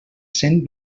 cent